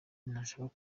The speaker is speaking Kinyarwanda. ntashaka